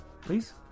please